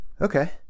okay